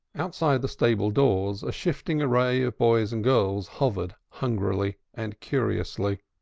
outside the stable doors a shifting array of boys and girls hovered hungrily and curiously.